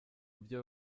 byo